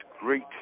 great